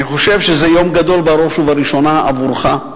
אני חושב שזה יום גדול בראש ובראשונה עבורך.